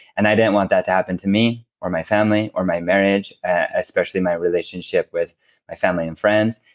and i didn't want that to happen to me, or my family, or my marriage. especially my relationship with my family and friends.